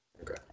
Okay